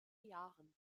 jahren